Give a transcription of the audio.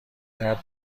درد